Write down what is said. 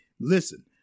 Listen